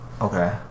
Okay